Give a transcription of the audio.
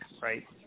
right